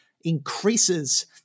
increases